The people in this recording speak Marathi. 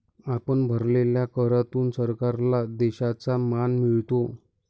आपण भरलेल्या करातून सरकारला देशाचा मान मिळतो